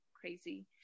crazy